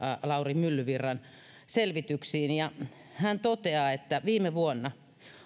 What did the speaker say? lauri myllyvirran selvityksiin ja hän toteaa että viime vuonna